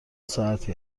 ساعتی